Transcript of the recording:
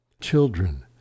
Children